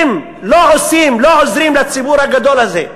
אם לא עושים ולא עוזרים לציבור הגדול הזה,